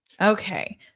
okay